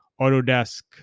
Autodesk